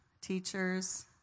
teachers